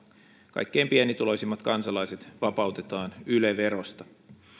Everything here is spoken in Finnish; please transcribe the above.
kaikkein pienituloisimmat kansalaiset vapautetaan yle verosta